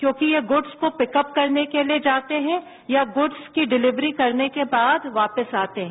क्योंकि ये गुड्स को पिकअप करने जाते हैं या गुड्स की डिलिवरीकरने के बाद वापिस आते हैं